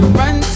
run